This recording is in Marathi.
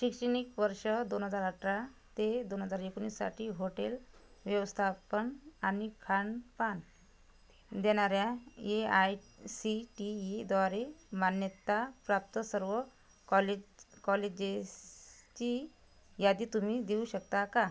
शैक्षणिक वर्ष दोन हजार अठरा ते दोन हजार एकोणीससाठी हॉटेल व्यवस्थापन आणि खानपान देणाऱ्या ए आय सी टी ईद्वारे मान्यताप्राप्त सर्व कॉले कॉलेजेसची यादी तुम्ही देऊ शकता का